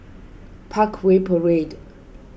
Parkway Parade